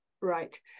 right